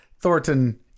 Thornton